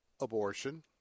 abortion